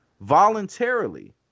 voluntarily